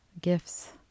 gifts